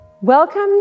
Welcome